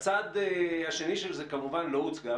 הצד השני של זה כמובן לא הוצג,